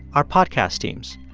are podcast teams.